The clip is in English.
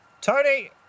Tony